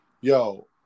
yo